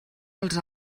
els